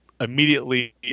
immediately